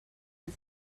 was